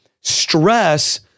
stress